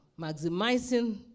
Maximizing